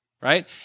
right